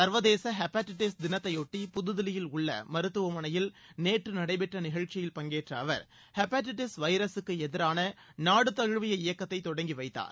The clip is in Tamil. சர்வதேச தினத்தையொட்டி புதுதில்லியில் உள்ள மருத்துவமனையில் நேற்று நடைபெற்ற நிகழ்ச்சியில் பங்கேற்ற அவர் ஹெபடிடிஸ் வைரஸுக்கு எதிரான நாடு தழுவிய இயக்கத்தை தொடங்கி வைத்தார்